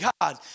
God